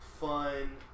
fun